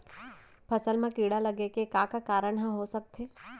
फसल म कीड़ा लगे के का का कारण ह हो सकथे?